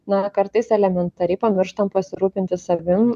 na kartais elementariai pamirštam pasirūpinti savim